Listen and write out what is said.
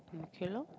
okay loh